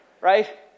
Right